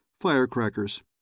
Firecrackers